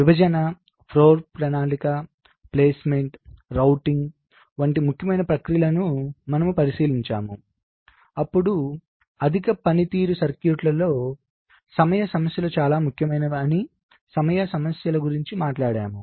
విభజన floor ప్రణాళిక placement routing వంటి ముఖ్యమైన ప్రక్రియలను మనము పరిశీలించాము అప్పుడు అధిక పనితీరు సర్క్యూట్లలో సమయ సమస్యలు చాలా ముఖ్యమైనవి అని సమయ సమస్యల గురించి మాట్లాడాము